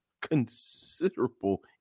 considerable